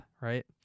right